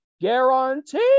guarantee